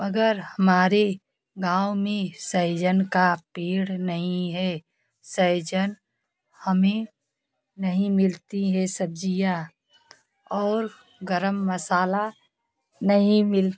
मगर हमारे गाँव में सैजन का पेड़ नहीं है सैजन हमें नहीं मिलती हे सब्जियाँ और गरम मसाला नहीं मिल